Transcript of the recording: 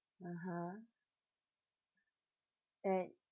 (uh huh) at